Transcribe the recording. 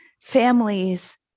families